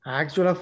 actual